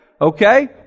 Okay